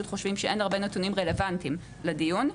חושבים שאין הרבה נתונים רלוונטיים לדיון.